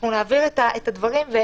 אנחנו נעביר את הדברים.